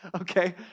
Okay